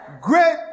Great